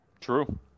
true